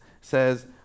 says